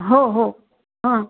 हो हो हां